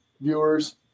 viewers